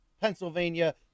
Pennsylvania